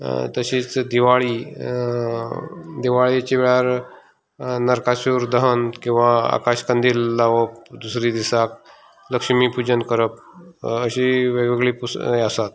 तशीच दिवाळी दिवाळीच्या वेळार नरकासूर दहन किंवा आकाशकंदील लावप दुसऱ्या दिसाक लक्ष्मी पुजन करप अशी वेगवेगळे पू हें आसात